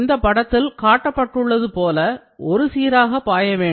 இந்த படத்தில் காட்டப்பட்டுள்ளது போல ஒரு சீராக பாய வேண்டும்